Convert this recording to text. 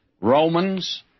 Romans